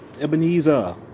Ebenezer